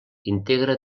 integra